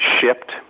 shipped